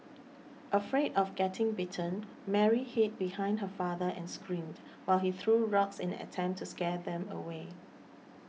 afraid of getting bitten Mary hid behind her father and screamed while he threw rocks in an attempt to scare them away